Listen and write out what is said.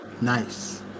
Nice